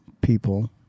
people